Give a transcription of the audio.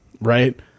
Right